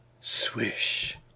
swish